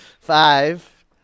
Five